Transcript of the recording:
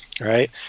right